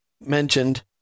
Mentioned